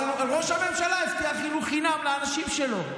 אבל ראש הממשלה הבטיח חינוך חינם לאנשים שלו,